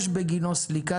יש בגינו סליקה